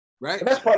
Right